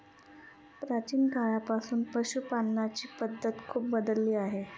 प्राचीन काळापासून पशुपालनाची पद्धत खूप बदलली आहे